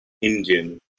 Indian